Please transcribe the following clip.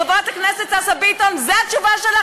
חברת הכנסת שאשא ביטון, זו התשובה שלך?